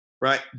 right